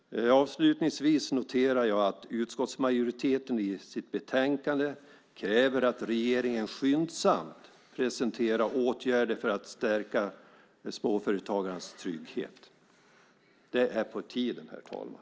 Avslutningsvis noterar jag att utskottsmajoriteten i sitt betänkande kräver att regeringen skyndsamt presenterar åtgärder för att stärka småföretagarnas trygghet. Det är på tiden, herr talman.